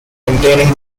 containing